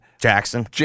Jackson